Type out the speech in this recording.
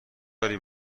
داری